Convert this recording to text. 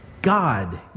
God